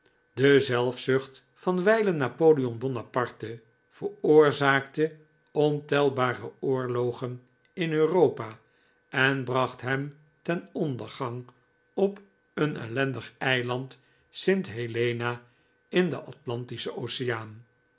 de zelfzucht van wijlen napoleon bonaparte veroorzaakte ontelbare oorlogen in europa en bracht hem ten ondergang op een ellendig eiland st helena in den atlantischen oceaan